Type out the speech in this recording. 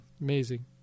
Amazing